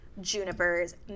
Juniper's